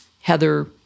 Heather